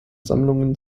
sammlungen